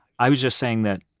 i was just saying that,